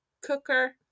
cooker